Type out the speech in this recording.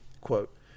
quote